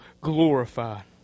glorified